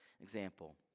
example